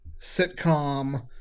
sitcom